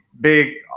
big